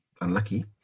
unlucky